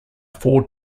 four